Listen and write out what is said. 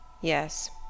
Yes